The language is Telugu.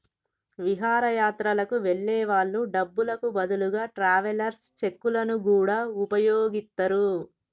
విహారయాత్రలకు వెళ్ళే వాళ్ళు డబ్బులకు బదులుగా ట్రావెలర్స్ చెక్కులను గూడా వుపయోగిత్తరు